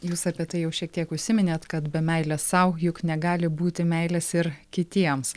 jūs apie tai jau šiek tiek užsiminėt kad be meilės sau juk negali būti meilės ir kitiems